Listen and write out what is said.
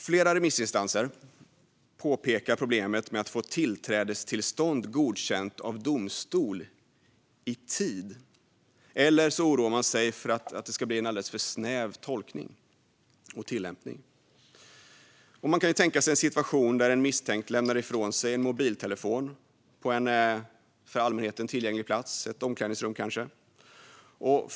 Flera remissinstanser påpekar problemet med att få ett tillträdestillstånd godkänt av domstol i tid eller oroar sig för att tolkningen och tillämpningen ska bli alldeles för snäv. Man kan tänka sig en situation där en misstänkt lägger ifrån sig en mobiltelefon på en för allmänheten tillgänglig plats - ett omklädningsrum, kanske.